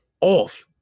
off